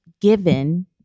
given